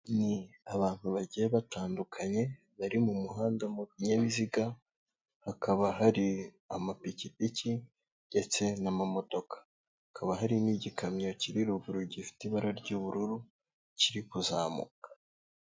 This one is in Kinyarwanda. Ni abantu bagiye batandukanye bari mu muhanda mu binyabiziga, hakaba hari amapikipiki ndetse n'amamodoka, hakaba hari n'igikamyo kiri ruguru gifite ibara ry'ubururu kiri kuzamuka.